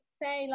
say